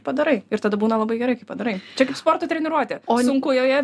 padarai ir tada būna labai gerai kai padarai čia kaip sporto treniruotė sunku joje